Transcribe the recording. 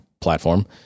platform